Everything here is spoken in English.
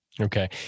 Okay